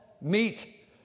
meet